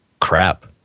crap